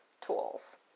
tools